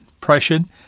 Prussian